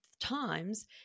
times